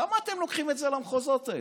למה אתם לוקחים את זה למחוזות האלה?